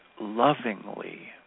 lovingly